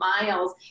miles